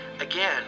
again